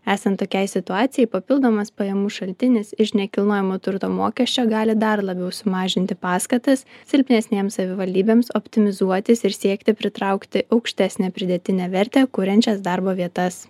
esant tokiai situacijai papildomas pajamų šaltinis iš nekilnojamo turto mokesčio gali dar labiau sumažinti paskatas silpnesnėms savivaldybėms optimizuotis ir siekti pritraukti aukštesnę pridėtinę vertę kuriančias darbo vietas